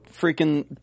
freaking